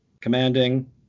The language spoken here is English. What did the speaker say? commanding